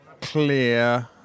clear